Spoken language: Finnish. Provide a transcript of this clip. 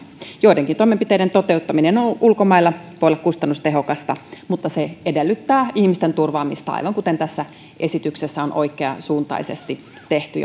joidenkin toimenpiteiden toteuttaminen ulkomailla voi olla kustannustehokasta mutta se edellyttää ihmisten turvaamista aivan kuten tässä esityksessä on oikeasuuntaisesti tehty